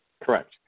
Correct